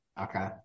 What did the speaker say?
Okay